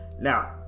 Now